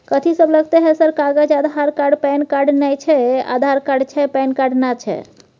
कथि सब लगतै है सर कागज आधार कार्ड पैन कार्ड नए छै आधार कार्ड छै पैन कार्ड ना छै?